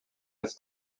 this